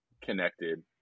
connected